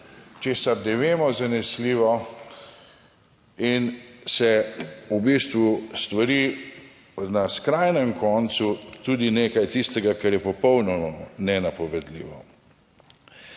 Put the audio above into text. česar ne vemo zanesljivo in se v bistvu stvari na skrajnem koncu tudi nekaj tistega, kar je popolnoma nenapovedljivo.